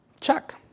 check